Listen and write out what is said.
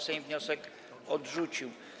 Sejm wniosek odrzucił.